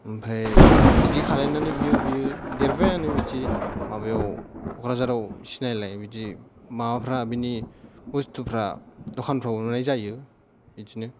ओमफ्राय बिदि खालायनानै बियो देरबायानो बिदि माबायाव क'क्राझाराव सिनायनाय बिदि माबाफ्रा बिनि बस्थुफ्रा दखानफ्राव मोननाय जायो बिदिनो